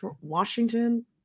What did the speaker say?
Washington